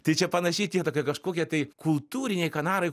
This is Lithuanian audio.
tai čia panašiai tie tokie tai kažkokie tai kultūriniai kanarai